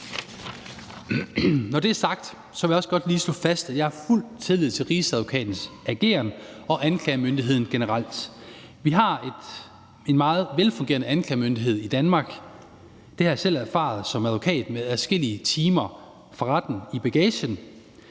Når det er sagt, vil jeg også godt lige slå fast, at jeg har fuld tillid til Rigsadvokatens ageren og anklagemyndigheden generelt. Vi har en meget velfungerende anklagemyndighed i Danmark. Det har jeg selv erfaret som advokat med adskillige timer i retten i bagagen.